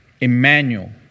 Emmanuel